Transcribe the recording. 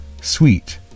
sweet